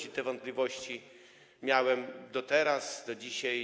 I te wątpliwości miałem do teraz, do dzisiaj.